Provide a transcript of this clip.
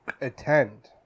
attend